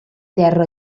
terra